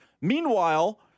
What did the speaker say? Meanwhile